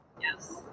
Yes